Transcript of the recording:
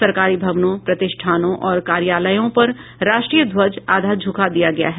सरकारी भवनों प्रतिष्ठानों और कार्यालयों पर राष्ट्रीय ध्वज आधा झुका दिया गया है